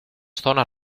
zonas